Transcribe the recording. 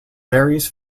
varies